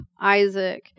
Isaac